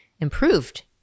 improved